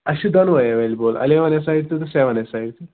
اَسہِ چھُ دۄنوَے ایٚویلیبُل اٮ۪لیوَن اَسَیِڈ تہِ تہٕ سیٚوَن اَسَیِڈ تہِ